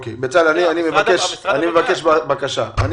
המשרד בעד.